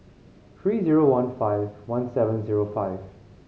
three zero one five one seven zero five